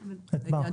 אגב,